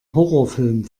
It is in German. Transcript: horrorfilm